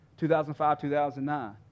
2005-2009